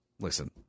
Listen